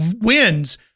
wins